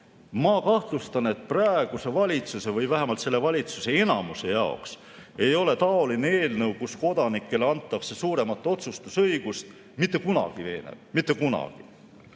Ma kahtlustan, et praeguse valitsuse või vähemalt selle valitsuse enamuse jaoks ei ole seesugune eelnõu, kus kodanikele antakse suurem otsustusõigus, mitte kunagi veenev. Mitte kunagi!